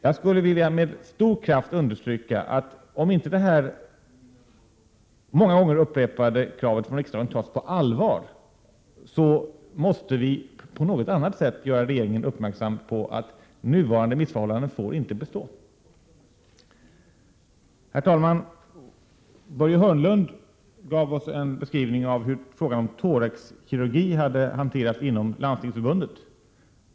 Jag skulle vilja med stor kraft understryka att om inte det här många gånger av riksdagen upprepade kravet tas på allvar, så måste vi på något annat sätt göra regeringen uppmärksam på att nuvarande missförhållanden inte får bestå. Herr talman! Börje Hörnlund gav oss en beskrivning av hur frågan om thoraxkirurgi hade hanterats inom Landstingsförbundet.